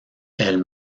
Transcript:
elle